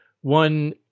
One